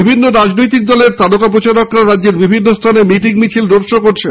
বিভিন্ন রাজনৈতিক দলের তারকা প্রচার করা রাজ্যের বিভিন্ন স্হানে মিটিং মিছিল রোডশো করছেন